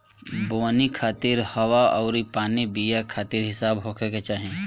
बोवनी खातिर हवा अउरी पानी बीया के हिसाब से होखे के चाही